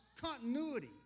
continuity